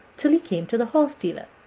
till he came to the horse-dealer,